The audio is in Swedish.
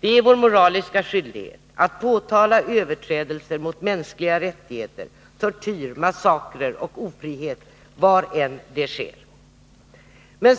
Det är vår moraliska skyldighet att påtala överträdelser mot mänskliga rättigheter, tortyr, massakrer och ofrihet var sådant än förekommer.